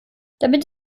damit